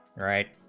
right,